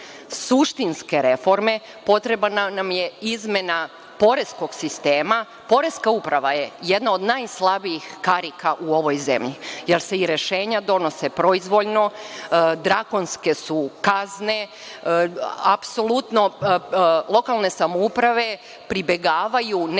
suštinske reforme, potrebna nam je izmena poreskog sistema. Poreska uprava je jedna od najslabijih karika u ovoj zemlji jer se i rešenja donose proizvoljno, drakonske su kazne, apsolutno lokalne samouprave pribegavaju nekim